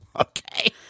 Okay